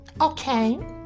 okay